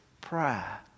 prayer